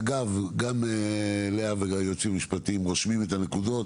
אגב, גם לאה והיועצים המשפטיים רושמים את הנקודות